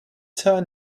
turn